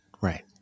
right